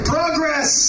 Progress